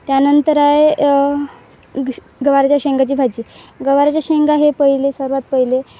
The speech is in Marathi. त्यानंतर आहे ग गवारीच्या शेंगाची भाजी गवारीच्या शेंगा हे पहिले सर्वात पहिले